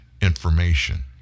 information